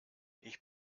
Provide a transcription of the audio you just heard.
ich